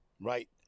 right